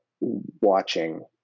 watching